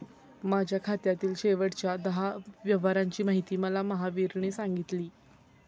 माझ्या खात्यातील शेवटच्या दहा व्यवहारांची माहिती मला महावीरने सांगितली